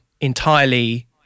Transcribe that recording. entirely